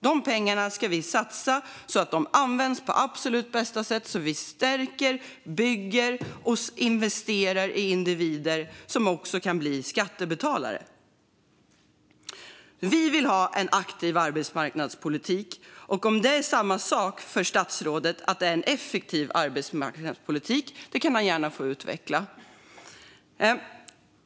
Dessa pengar ska vi satsa så att de används på absolut bästa sätt och så att vi stärker och bygger och investerar i individer som också kan bli skattebetalare. Vi vill ha en aktiv arbetsmarknadspolitik. Är det samma sak för statsrådet, att det är en effektiv arbetsmarknadspolitik? Det kan han gärna få utveckla.